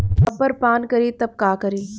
Copper पान करी तब का करी?